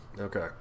Okay